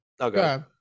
Okay